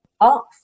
off